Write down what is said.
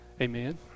Amen